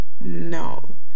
No